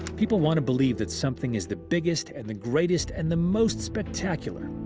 people want to believe that something is the biggest and the greatest and the most spectacular.